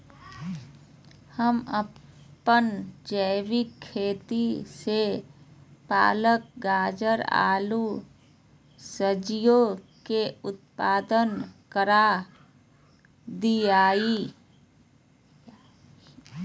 हम अपन जैविक खेती से पालक, गाजर, आलू सजियों के उत्पादन करा हियई